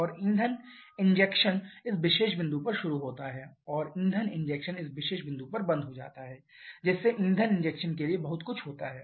और ईंधन इंजेक्शन इस विशेष बिंदु पर शुरू होता है और ईंधन इंजेक्शन इस विशेष बिंदु पर बंद हो जाता है जिससे ईंधन इंजेक्शन के लिए बहुत कुछ होता है